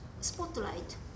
spotlight